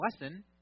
lesson